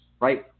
right